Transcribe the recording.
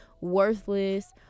worthless